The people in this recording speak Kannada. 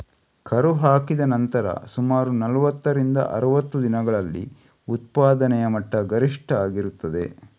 ಕರು ಹಾಕಿದ ನಂತರ ಸುಮಾರು ನಲುವತ್ತರಿಂದ ಅರುವತ್ತು ದಿನಗಳಲ್ಲಿ ಉತ್ಪಾದನೆಯ ಮಟ್ಟ ಗರಿಷ್ಠ ಆಗಿರ್ತದೆ